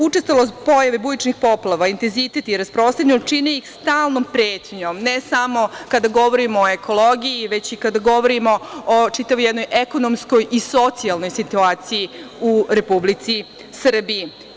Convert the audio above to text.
Učestalost pojave bujičnih poplava, intenzitet i rasprostranjenost čini ih stalnom pretnjom, ne samo kada govorimo o ekologiji, već i kada govorimo o čitavoj jednoj ekonomskoj i socijalnoj situaciji u Republici Srbiji.